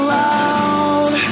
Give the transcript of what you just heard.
loud